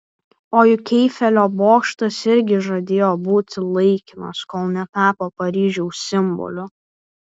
o juk eifelio bokštas irgi žadėjo būti laikinas kol netapo paryžiaus simboliu